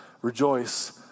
rejoice